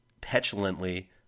petulantly